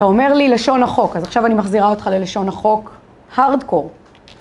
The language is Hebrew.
אתה אומר לי לשון החוק, אז עכשיו אני מחזירה אותך ללשון החוק Hardcore